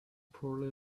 poorly